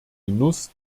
genuss